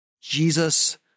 Jesus